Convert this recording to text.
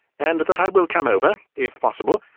and that i will come over, if possible,